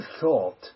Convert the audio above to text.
thought